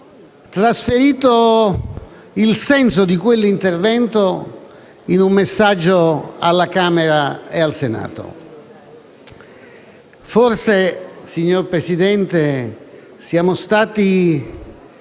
trasferito il senso di quell'intervento in un messaggio alla Camera e al Senato. Forse, signor Presidente, siamo stati